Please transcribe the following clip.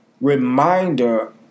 reminder